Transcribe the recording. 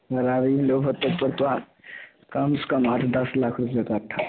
मे पड़तौ कम से कम आठ दस लाख रूपे कट्ठा